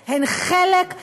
הן כבר לא מנותקות, הן חלק.